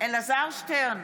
אלעזר שטרן,